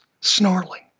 snarling